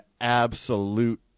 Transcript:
absolute